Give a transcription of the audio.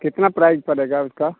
कितना प्राइज पड़ेगा उसका